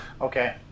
Okay